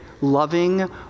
loving